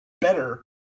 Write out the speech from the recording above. better